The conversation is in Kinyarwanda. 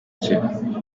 cye